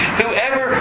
whoever